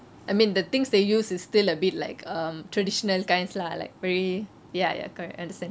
I mean the things they use is still a bit like um traditional kinds lah like very ya ya correct understand